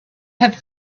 have